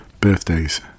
Birthdays